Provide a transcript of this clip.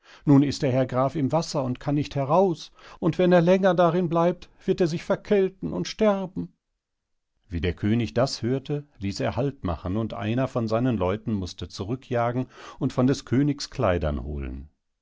nun ist der herr graf im wasser und kann nicht heraus und wenn er länger darin bleibt wird er sich verkälten und sterben wie der könig das hörte ließ er halt machen und einer von seinen leuten mußte zurückjagen und von des königs kleidern holen